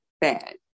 bad